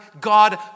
God